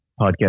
podcast